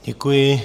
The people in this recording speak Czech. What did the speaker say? Děkuji.